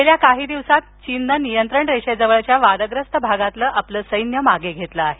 गेल्या काही दिवसात चीननं नियंत्रण रेषेजवळच्या वादग्रस्त भागातलं आपलं सैन्य मागं घेतलं आहे